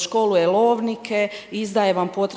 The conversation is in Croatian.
školuje lovnike, izdaje vam potrebne